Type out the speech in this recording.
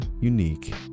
unique